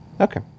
Okay